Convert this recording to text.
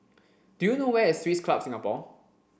do you know where is Swiss Club Singapore